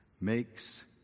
makes